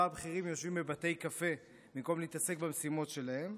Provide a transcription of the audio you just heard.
הבכירים יושבים בבתי קפה במקום להתעסק במשימות שלהם,